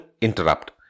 interrupt